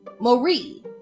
marie